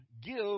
give